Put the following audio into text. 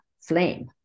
flame